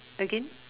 again